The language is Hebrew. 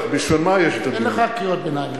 אין לך קריאות ביניים.